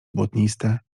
błotniste